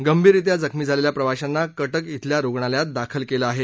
गंभीररीत्या जखमी झालेल्या प्रवाशांना कक्रि इथल्या रुग्णालयात दाखल केलं आहे